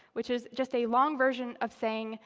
which is just a long version of saying,